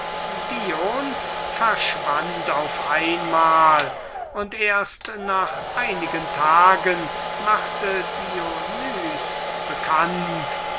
dion verschwand auf einmal und erst nach einigen tagen machte dionys bekannt